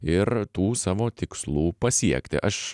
ir tų savo tikslų pasiekti aš